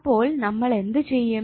അപ്പോൾ നമ്മൾ എന്ത് ചെയ്യും